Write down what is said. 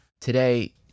Today